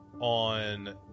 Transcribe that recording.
on